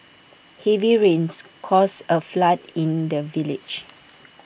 heavy rains caused A flood in the village